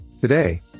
Today